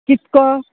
कितको